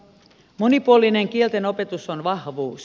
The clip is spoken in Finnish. monipuolinen kieltenopetus on vahvuus